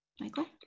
Michael